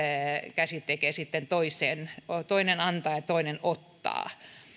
käsi tekee sitten toisin toinen antaa ja ja toinen ottaa